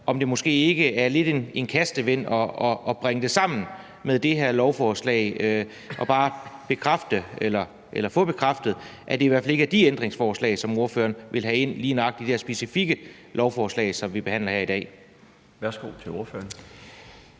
om det måske ikke er lidt en kastevind at bringe det sammen med det her lovforslag, og om ordføreren vil bekræfte, at det i hvert fald ikke er de ændringsforslag, som ordføreren vil have ind i lige nøjagtig det her specifikke lovforslag, som vi behandler her i dag.